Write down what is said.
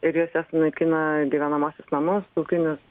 ir jose sunaikina gyvenamuosius namus ūkinius